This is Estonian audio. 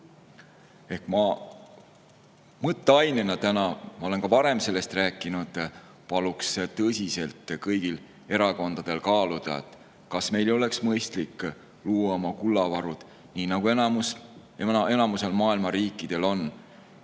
on. Mõtteainena täna – ma olen ka varem sellest rääkinud – palun tõsiselt kõigil erakondadel kaaluda, kas meil ei oleks mõistlik luua oma kullavaru, nii nagu enamikul maailma riikidel on, et